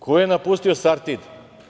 Ko je napustio „Sartid“